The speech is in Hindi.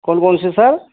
कौन कौन से सर